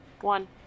One